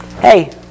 hey